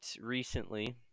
recently